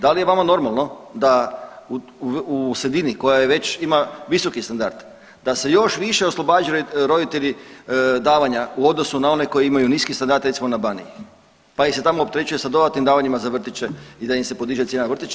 Da li je vama normalno da u sredini koja već ima visoki standard, da se još više oslobađaju roditelji davanja u odnosu na one koji imaju niski standard, recimo na Baniji, pa ih se tamo opterećuje sa dodatnim davanjima za vrtiće i da im se podiže cijena vrtića.